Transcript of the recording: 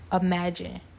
imagine